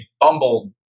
bumbled